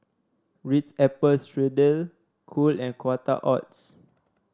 Ritz Apple Strudel Cool and Quaker Oats